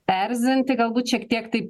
erzinti galbūt šiek tiek taip